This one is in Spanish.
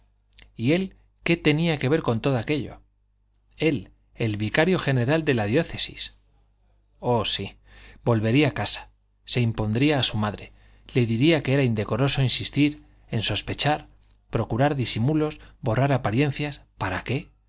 y él qué tenía que ver con todo aquello él el vicario general de la diócesis oh sí volvería a casa se impondría a su madre le diría que era indecoroso insistir en sospechar procurar disimulos borrar apariencias para qué